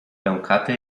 pękaty